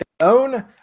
own